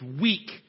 weak